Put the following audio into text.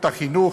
החינוך,